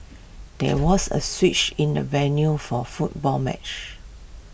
there was A switch in the venue for football match